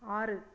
ஆறு